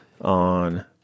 on